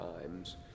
times